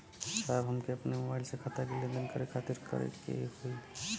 साहब हमके अपने मोबाइल से खाता के लेनदेन करे खातिर का करे के होई?